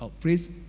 Please